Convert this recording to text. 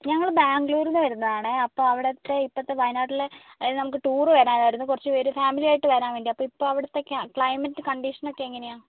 ഞങ്ങൾ ബാംഗ്ലൂരിൽ നിന്നു വരുന്നതാണേ അപ്പം അവിടത്തെ ഇപ്പോഴത്തെ വയനാട്ടിലെ അതായത് നമുക്ക് ടൂർ വരാനായിരുന്നു കുറച്ചുപേർ ഫാമിലിയായിട്ട് വരാൻ വേണ്ടിയാ അപ്പം ഇപ്പോൾ അവിടുത്തെ ക്ലൈമറ്റ് കണ്ടീഷനൊക്കെ എങ്ങനെയാ